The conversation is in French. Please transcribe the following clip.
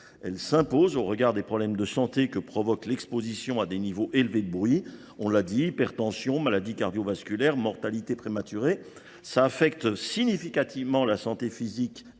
Elle s'impose au regard des problèmes de santé que provoque l'exposition à des niveaux élevés de bruit. On l'a dit, hypertension, maladies cardiovasculaires, mortalité prématurée. Ça affecte significativement la santé physique